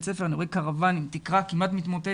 ספר אני רואה קרוואן עם תקרה כמעט מתמוטטת,